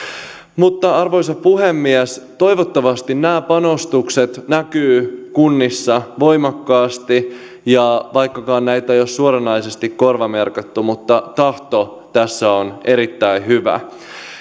arvoisa puhemies toivottavasti nämä panostukset näkyvät kunnissa voimakkaasti ja vaikkakaan näitä ei ole suoranaisesti korvamerkitty niin tahto tässä on erittäin hyvä